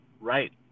Right